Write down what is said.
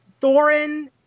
Thorin